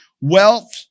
wealth